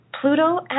Pluto